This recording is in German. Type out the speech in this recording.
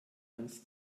ans